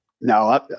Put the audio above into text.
No